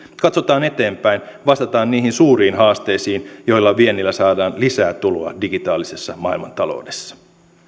katsotaan eteenpäin vastataan niihin suuriin haasteisiin joilla viennillä saadaan lisää tuloa digitaalisessa maailmantaloudessa